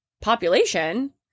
population